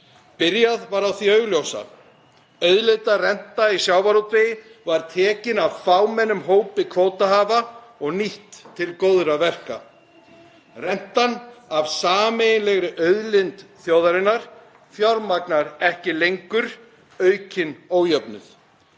Byrjað var á því augljósa. Auðlindarenta í sjávarútvegi var tekin af fámennum hópi kvótahafa og nýtt til góðra verka. Rentan af sameiginlegri auðlind þjóðarinnar fjármagnar ekki lengur aukinn ójöfnuð.